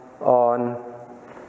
on